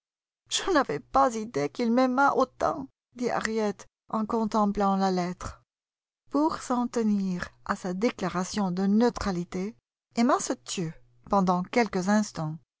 je n'avais pas idée qu'il m'aimât autant dit harriet en contemplant la lettre pour s'en tenir à sa déclaration de neutralité emma se tut pendant quelques instants